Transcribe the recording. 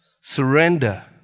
surrender